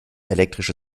elektrische